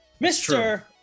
Mr